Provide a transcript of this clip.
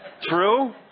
True